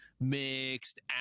mixed